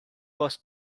was